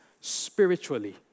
spiritually